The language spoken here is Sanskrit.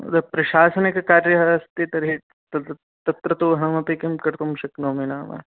तत् प्रशासनिककार्यम् अस्ति तर्हि तत् तत्र तु अहमपि किं कर्तुं शक्नोमि नाम